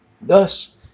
Thus